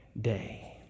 day